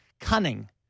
cunning